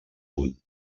punt